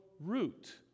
root